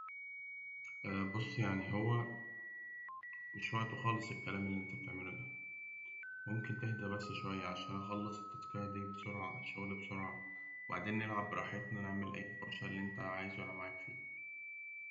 بص يعني هو مش وقته خالص الكلام اللي أنت بتعمله ده. ممكن تهدى بس عشان أخلص التاسكاية دي بسرعة؟ الشغل بسرعة؟ وبعدين نلعب براحتنا؟ نعمل أي يا باشا اللي أنت عاوزه أنا معاك فيه.